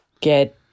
get